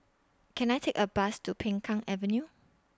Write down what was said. Can I Take A Bus to Peng Kang Avenue